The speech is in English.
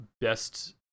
best